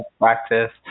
practice